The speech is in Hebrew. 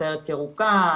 הסיירת הירוקה,